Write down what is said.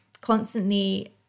constantly